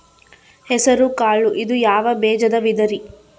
ಹೆಸರುಕಾಳು ಇದು ಯಾವ ಬೇಜದ ವಿಧರಿ?